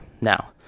Now